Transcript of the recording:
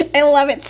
i love it,